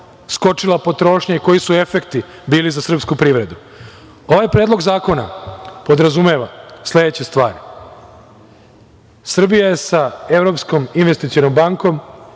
skočila potrošnja i koji su efekti bili za srpsku privredu. Ovaj Predlog zakona podrazumeva sledeće stvari. Srbija je sa Evropskom investicionom bankom